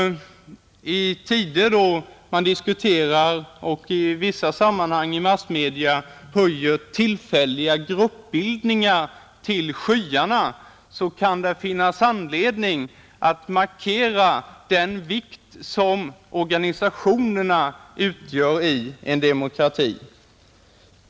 I tider då man i vissa sammanhang i massmedia höjer tillfälliga gruppbildningar till skyarna kan det finnas anledning att markera vilken vikt organisationerna har i en demokrati.